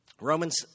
Romans